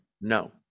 No